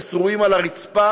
ששרועים על הרצפה